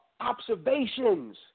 observations